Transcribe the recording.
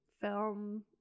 film